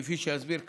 כפי שאסביר כעת.